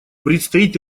предстоит